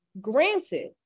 Granted